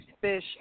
fish